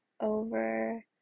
over